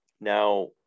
now